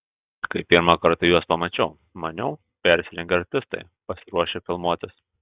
kai pirmą kartą juos pamačiau maniau persirengę artistai pasiruošę filmuotis